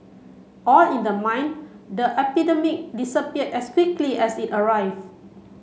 all in the mind the epidemic disappear as quickly as it arrive